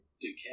decay